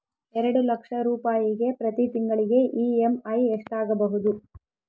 ಎರಡು ಲಕ್ಷ ರೂಪಾಯಿಗೆ ಪ್ರತಿ ತಿಂಗಳಿಗೆ ಇ.ಎಮ್.ಐ ಎಷ್ಟಾಗಬಹುದು?